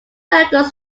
records